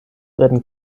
werden